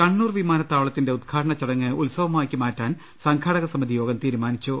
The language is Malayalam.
കണ്ണൂർ വിമാനത്താവളത്തിന്റെ ഉദ് ഘാടന ചടങ്ങ് ഉത്സവമാക്കി മാറ്റാൻ സംഘാടക സമിതി യോഗം തീരുമാനിച്ചു